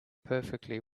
perfectly